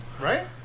right